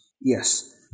yes